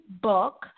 book